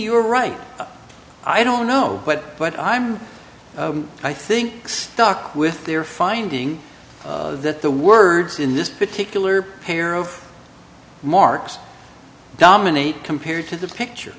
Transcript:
you're right i don't know what but i'm i think stuck with their finding that the words in this particular pair of marks dominate compared to the picture